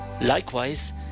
Likewise